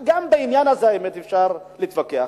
גם בעניין הזה, האמת, אפשר להתווכח,